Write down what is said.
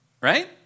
Right